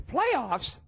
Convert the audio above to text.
Playoffs